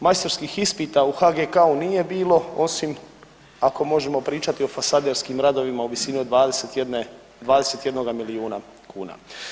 Majstorskih ispita u HGK-u nije bilo osim ako možemo pričati o fasaderskim radovima u visini od 21, 21 milijuna kuna.